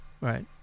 right